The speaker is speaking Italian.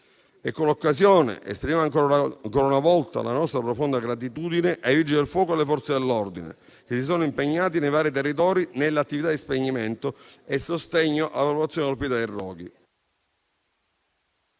Con l'occasione, esprimiamo ancora una volta la nostra profonda gratitudine ai Vigili del fuoco e alle Forze dell'ordine che si sono impegnati nei vari territori nelle attività di spegnimento e sostegno alla popolazione colpita dai roghi.